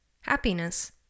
happiness